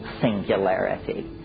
Singularity